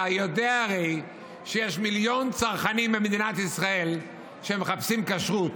אתה הרי יודע הרי שיש מיליון צרכנים במדינת ישראל שמחפשים כשרות,